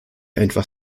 einfach